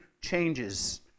changes